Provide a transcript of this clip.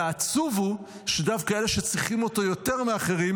והעצוב הוא שדווקא אלה שצריכים אותו יותר מאחרים,